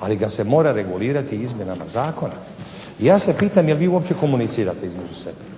ali ga se mora regulirati izmjenama zakona. Ja se pitam jeli vi uopće komunicirate između sebe?